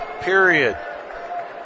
period